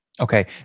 Okay